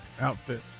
outfit